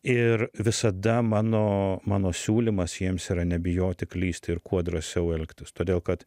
ir visada mano mano siūlymas jiems yra nebijoti klysti ir kuo drąsiau elgtis todėl kad